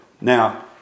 Now